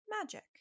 magic